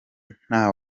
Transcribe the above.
nta